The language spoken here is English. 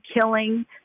killing